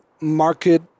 market